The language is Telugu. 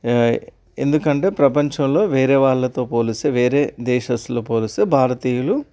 ఎందుకంటే ప్రపంచంలో వేరే వాళ్ళతో పోలిస్తే వేరే దేశస్తులతో పోలిస్తే భారతీయులు